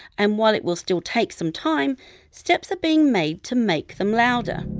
and while it will still take some time steps are being made to make them louder